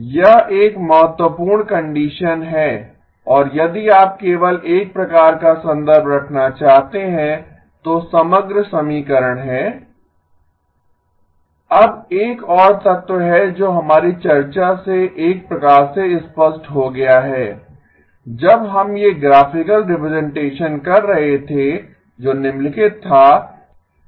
यह एक महत्वपूर्ण कंडीशन है और यदि आप केवल एक प्रकार का संदर्भ रखना चाहते हैं तो समग्र समीकरण है X T X A X −z अब एक और तत्व है जो हमारी चर्चा से एक प्रकार से स्पष्ट हो गया है जब हम ये ग्राफिकल रिप्रजेंटेशन कर रहे थे जो निम्नलिखित था